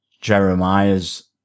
Jeremiah's